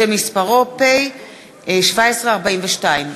שמספרו פ/1742/20.